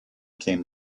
came